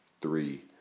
three